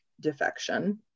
defection